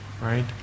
Right